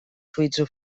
suites